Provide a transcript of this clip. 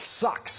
sucks